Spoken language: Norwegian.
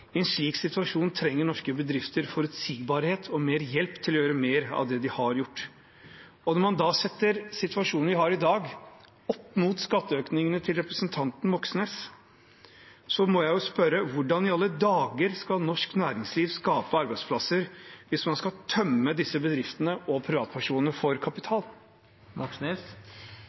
I en slik situasjon trenger norske bedrifter forutsigbarhet og mer hjelp til å gjøre mer av det de har gjort. Setter man situasjonen vi har i dag, opp mot skatteøkningene til representanten Moxnes, må jeg spørre: Hvordan i alle dager skal norsk næringsliv skape arbeidsplasser hvis man skal tømme disse bedriftene og privatpersonene for kapital?